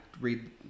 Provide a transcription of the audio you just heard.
read